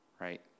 right